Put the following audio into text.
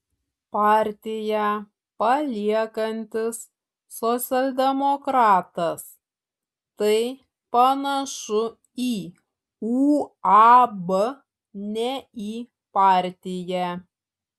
partiją paliekantis socialdemokratas tai panašu į uab ne į partiją